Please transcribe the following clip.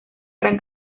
gran